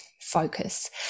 focus